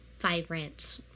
vibrant